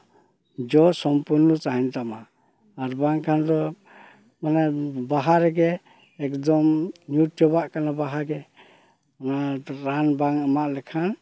ᱡᱚ ᱥᱚᱢᱯᱩᱨᱱᱚ ᱛᱟᱦᱮᱱ ᱛᱟᱢᱟ ᱟᱨ ᱵᱟᱝᱠᱷᱟᱱ ᱫᱚ ᱢᱟᱱᱮ ᱵᱟᱦᱟ ᱨᱮᱜᱮ ᱮᱠᱫᱚᱢ ᱧᱩᱨ ᱪᱟᱵᱟᱜ ᱠᱟᱱᱟ ᱵᱟᱦᱟ ᱜᱮ ᱨᱟᱱ ᱵᱟᱝ ᱮᱢᱟᱜ ᱞᱮᱠᱷᱟᱱ